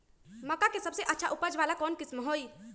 मक्का के सबसे अच्छा उपज वाला कौन किस्म होई?